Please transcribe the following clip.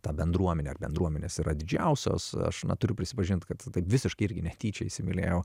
ta bendruomenė ar bendruomenės yra didžiausios aš na turiu prisipažint kad taip visiškai irgi netyčia įsimylėjau